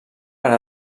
per